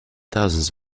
thousands